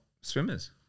swimmers